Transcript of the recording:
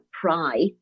pry